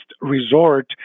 resort